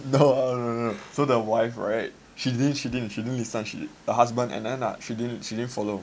no no no no so the wife right she didn't she didn't listen she the husband and and then [ag] she didn't she didn't follow